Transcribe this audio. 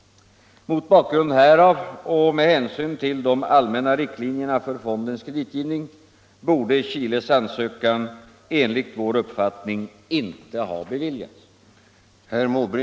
Mot bakgrund härav och med hänsyn till de allmänna riktlinjerna för fondens kreditgivning borde Chiles ansökan enligt vår uppfattning inte ha beviljats.